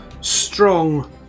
strong